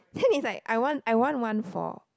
thing is like I want I want one for